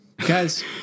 Guys